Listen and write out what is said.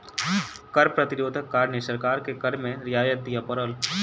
कर प्रतिरोधक कारणें सरकार के कर में रियायत दिअ पड़ल